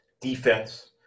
defense